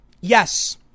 Yes